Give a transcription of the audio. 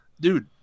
dude